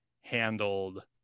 handled